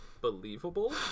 believable